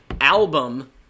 album